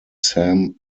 sam